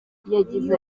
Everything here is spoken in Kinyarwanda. yagize